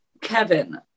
Kevin